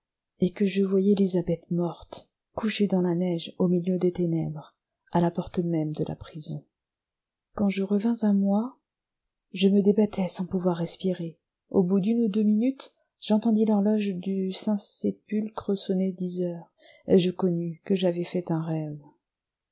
et que je voyais élisabeth morte couchée dans la neige au milieu des ténèbres à la porte même de la prison quand je revins à moi je me débattais sans pouvoir respirer au bout d'une ou deux minutes j'entendis l'horloge du saint sépulcre sonner dix heures et je connus que j'avais fait un rêve